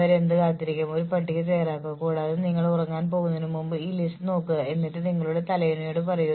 അതിനാൽ ഉൽപ്പാദിപ്പിക്കുന്ന ഉൽപ്പന്നത്തിന്റെയോ സേവനത്തിന്റെയോ ഓരോ യൂണിറ്റിനും തൊഴിലാളികൾക്ക് പ്രത്യേകം വേതനം നൽകുന്നു